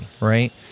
right